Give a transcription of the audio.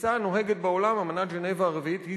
התפיסה הנוהגת בעולם, אמנת ז'נבה הרביעית היא